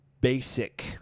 basic